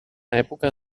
època